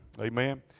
Amen